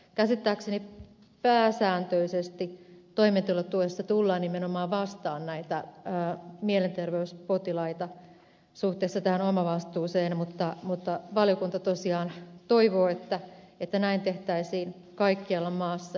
käsittääkseni pääsääntöisesti toimeentulotuessa tullaan nimenomaan vastaan näitä mielenterveyspotilaita suhteessa omavastuuseen mutta valiokunta tosiaan toivoo että näin tehtäisiin kaikkialla maassa